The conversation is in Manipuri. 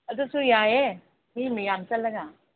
ꯑꯗꯨꯁꯨ ꯌꯥꯏꯌꯦ ꯃꯤ ꯃꯌꯥꯝ ꯆꯠꯂꯒ